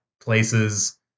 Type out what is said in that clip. places